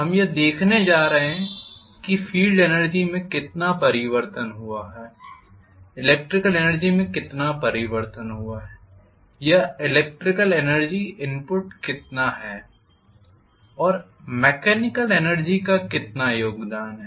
हम यह देखने जा रहे हैं कि फील्ड एनर्जी में कितना परिवर्तन हुआ है इलेक्ट्रिकल एनर्जी में कितना परिवर्तन हुआ है या इलेक्ट्रिकल एनर्जी इनपुट कितना है और मेकॅनिकल एनर्जी का कितना योगदान है